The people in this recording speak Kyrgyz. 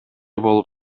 болуп